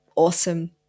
awesome